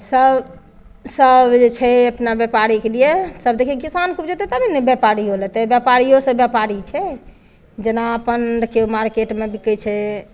सब सब जे छै अपना व्यापारीके लिए सब देखियौ किसान ऊपजेतै तब ने व्यापारियो लेतै व्यापारियोसँ व्यापारी छै जेना अपन देखियौ मार्केटमे बिकै छै